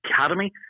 Academy